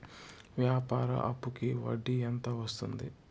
వ్యాపార అప్పుకి వడ్డీ ఎంత వస్తుంది?